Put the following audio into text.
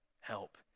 help